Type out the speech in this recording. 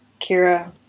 Kira